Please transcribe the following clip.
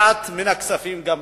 מעט מן הכספים גם לשם.